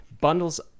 bundles